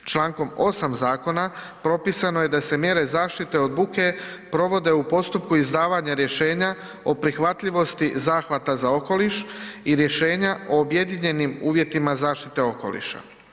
Čl. 8 Zakona, propisano je da se mjere zaštite od buke provode u postupku izdavanja rješenja o prihvatljivosti zahvata za okoliš i rješenja o objedinjenim uvjetima zaštite okoliša.